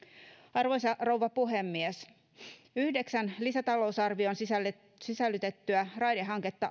arvoisa rouva puhemies yhdeksän lisätalousarvioon sisällytettyä sisällytettyä raidehanketta